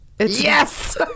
Yes